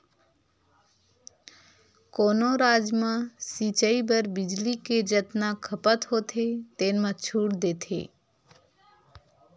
कोनो राज म सिचई बर बिजली के जतना खपत होथे तेन म छूट देथे